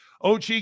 OG